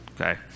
okay